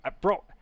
Bro